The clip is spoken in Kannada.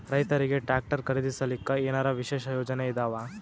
ರೈತರಿಗೆ ಟ್ರಾಕ್ಟರ್ ಖರೀದಿಸಲಿಕ್ಕ ಏನರ ವಿಶೇಷ ಯೋಜನೆ ಇದಾವ?